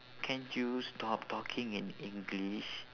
can't you stop talking in english